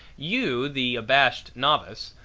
you, the abashed novice,